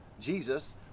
Jesus